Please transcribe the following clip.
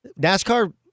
NASCAR